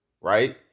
right